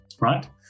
right